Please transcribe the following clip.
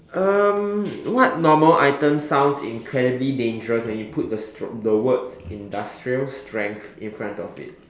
um what normal item sounds incredibly dangerous when you put the str~ the words industrial strength in front of it